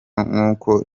nk’uko